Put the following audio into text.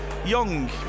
Young